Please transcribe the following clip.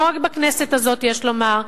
לא רק בכנסת הזאת, יש לומר,